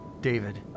David